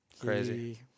Crazy